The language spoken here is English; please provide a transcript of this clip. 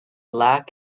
lack